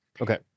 Okay